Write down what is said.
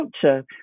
culture